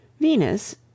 Venus